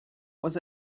was